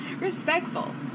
Respectful